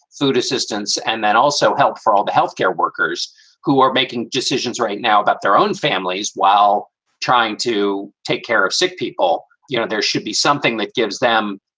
food assistance, and then also help for all the health care workers who are making decisions right now that their own families while trying to take care of sick people. you know, there should be something that gives them